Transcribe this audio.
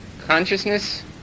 Consciousness